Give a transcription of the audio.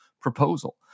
proposal